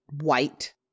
white